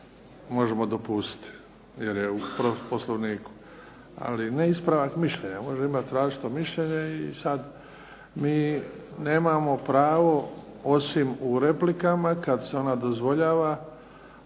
možemo dopustiti jer je u Poslovniku, ali ne ispravak mišljenja, može imati različito mišljenje i sada mi nemamo pravo, osim u replikama, kada se ona dozvoljava,